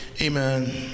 Amen